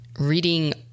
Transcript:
reading